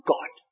God